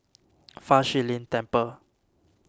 Fa Shi Lin Temple